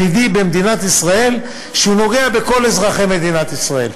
במדינת ישראל שנוגע בכל אזרחי מדינת ישראל,